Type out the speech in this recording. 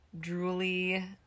drooly